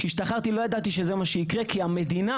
כשהשתחררתי לא ידעתי שזה מה שיקרה, כי המדינה